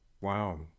Wow